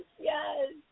yes